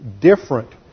different